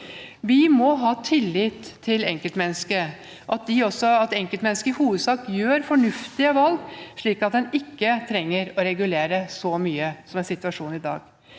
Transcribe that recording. Vi må ha tillit til enkeltmennesket, at enkeltmennesket i hovedsak gjør fornuftige valg slik at en ikke trenger å regulere så mye som er situasjonen i dag.